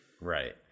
Right